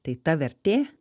tai ta vertė